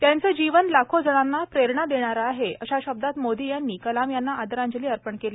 त्यांचं जीवन लाखो जणांना प्रेरणा देणारं आहे अशा शब्दांत मोदी यांनी कलाम यांना आदरांजली अर्पण केली